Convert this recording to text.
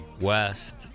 west